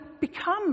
become